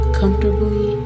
comfortably